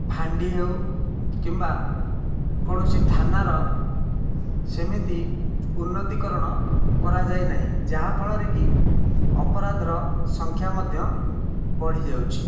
ଫାଣ୍ଡି ହେଉ କିମ୍ବା କୌଣସି ଥାନାର ସେମିତି ଉନ୍ନତିକରଣ କରାଯାଇନାହିଁ ଯାହା ଫଳରେ କି ଅପରାଧର ସଂଖ୍ୟା ମଧ୍ୟ ବଢ଼ିଯାଉଛି